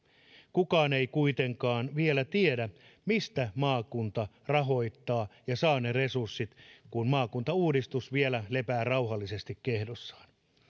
kukaan ei kuitenkaan vielä tiedä mistä maakunta rahoittaa ja saa ne resurssit kun maakuntauudistus vielä lepää rauhallisesti kehdossaan